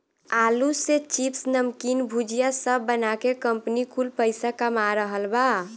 आलू से चिप्स, नमकीन, भुजिया सब बना के कंपनी कुल पईसा कमा रहल बा